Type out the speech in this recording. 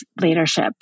leadership